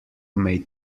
may